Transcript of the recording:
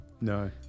No